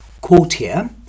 courtier